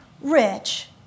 rich